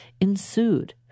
ensued